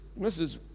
Mrs